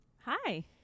Hi